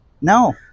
No